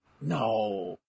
No